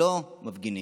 לא מפגינים.